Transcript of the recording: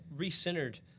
recentered